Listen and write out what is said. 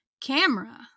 camera